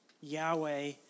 Yahweh